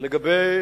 לגבי